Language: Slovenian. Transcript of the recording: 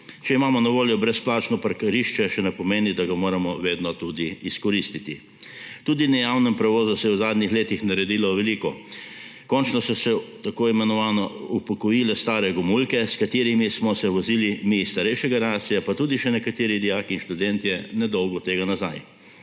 Če imamo na voljo brezplačno parkirišče, še ne pomeni, da ga moramo vedno tudi izkoristiti. Tudi na javnem prevozu se je v zadnjih letih naredilo veliko. Končno so se tako imenovano upokojile stare gomulke, s katerimi smo se vozili mi, starejša generacija pa tudi še nekateri dijaki in študentje nedolgo tega nazaj.